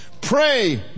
Pray